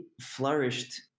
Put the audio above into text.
flourished